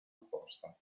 opposta